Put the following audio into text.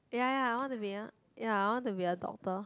ya ya I want to be a ya I want to be a doctor